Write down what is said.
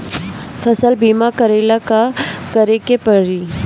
फसल बिमा करेला का करेके पारी?